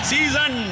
Season